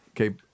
Okay